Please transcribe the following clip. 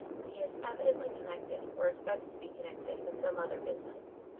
but he is evidently connected, or expects to be connected, with some other business.